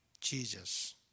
Jesus